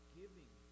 giving